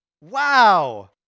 Wow